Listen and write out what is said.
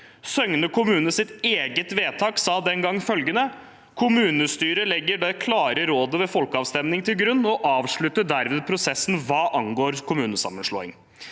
Søgne kommunes eget vedtak sa den gang følgende: «Kommunestyret legger det klare rådet ved folkeavstemningen til grunn, og avslutter derved prosessen hva angår kommunesammenslåing.»